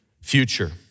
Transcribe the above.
future